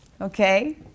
Okay